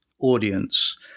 audience